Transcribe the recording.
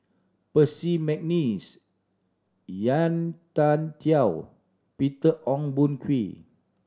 Percy McNeice Yan Tian Peter Ong Boon Kwee